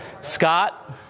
Scott